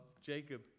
Jacob